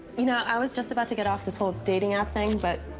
you know, i was just about to get off this whole dating app thing, but.